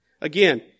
Again